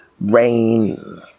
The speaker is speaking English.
rain